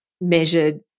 measured